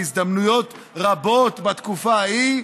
בהזדמנויות רבות בתקופה ההיא.